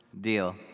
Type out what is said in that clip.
deal